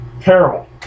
Terrible